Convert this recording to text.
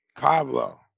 Pablo